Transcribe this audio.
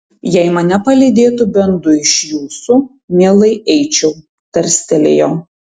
jei mane palydėtų bent du iš jūsų mielai eičiau tarstelėjo